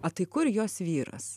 o tai kur jos vyras